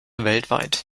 weltweit